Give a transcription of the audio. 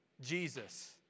Jesus